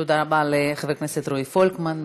תודה רבה לחבר הכנסת רועי פולקמן.